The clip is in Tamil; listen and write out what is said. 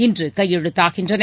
இன்று கையெழுத்தாகின்றன